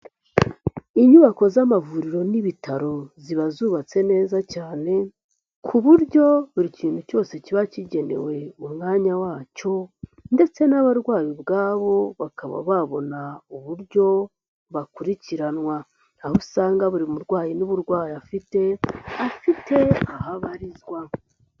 Inyubako z'amavuriro n'ibitaro ziba zubatse neza cyane ku buryo buri kintu cyose kiba kigenewe umwanya wacyo ndetse n'abarwayi ubwabo bakaba babona uburyo bakurikiranwa, aho usanga buri murwayi n'uburwayi afite, afite aho abarizwa.